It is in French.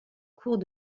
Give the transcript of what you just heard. cours